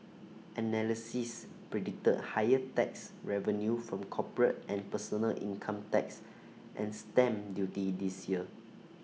analysts predict higher tax revenue from corporate and personal income tax and stamp duty this year